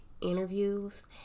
interviews